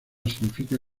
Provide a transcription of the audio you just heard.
significa